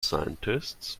scientists